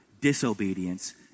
disobedience